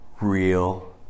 real